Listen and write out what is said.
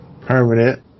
Permanent